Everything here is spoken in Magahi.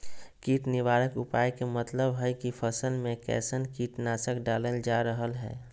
कीट निवारक उपाय के मतलव हई की फसल में कैसन कीट नाशक डालल जा रहल हई